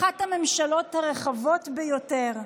אחת הממשלות הרחבות ביותר.